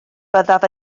byddaf